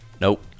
Nope